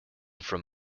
from